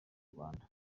rwanda